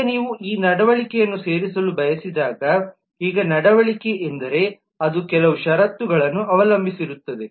ಈಗ ನೀವು ಈ ನಡವಳಿಕೆಯನ್ನು ಸೇರಿಸಲು ಬಯಸಿದಾಗ ಈಗ ನಡವಳಿಕೆ ಎಂದರೆ ಅದು ಕೆಲವು ಷರತ್ತುಗಳನ್ನು ಅವಲಂಬಿಸಿರುತ್ತದೆ